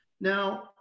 Now